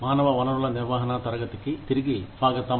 మానవ వనరుల నిర్వహణ తరగతికి తిరిగి స్వాగతం